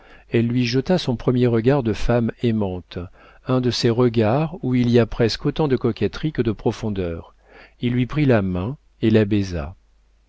elle lui jeta son premier regard de femme aimante un de ces regards où il y a presque autant de coquetterie que de profondeur il lui prit la main et la